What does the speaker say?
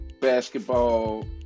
basketball